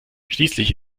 schließlich